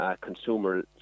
Consumer